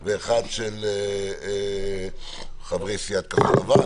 ואחד של חברי סיעת כחול לבן,